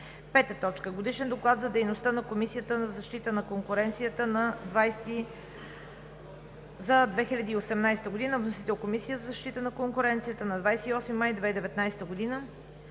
2019 г. 5. Годишен доклад за дейността на Комисията за защита на конкуренцията за 2018 г. Вносител – Комисията за защита на конкуренцията на 28 май 2019 г.